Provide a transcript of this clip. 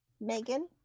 megan